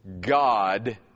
God